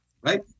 right